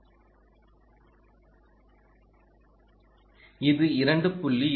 எனவே இந்த வெளியீட்டை நான் முதலில் உங்களுக்குக் காண்பிப்பேன் இது 2